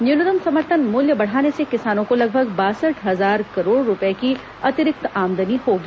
न्यूनतम समर्थन मूल्य बढ़ाने से किसानों को लगभग बासठ हजार करोड़ रूपये की अतिरिक्त आमदनी होगी